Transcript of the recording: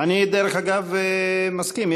אני, דרך אגב, מסכים.